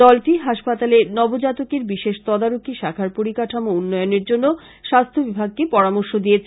দলটি হাসপাতালের নবজাতকের বিশেষ তদারকী শাখার পরিকাঠামো উন্নয়নের জন্য স্বাসথ্য বিভাগকে পরামর্শ দিয়েছে